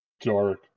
dark